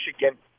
Michigan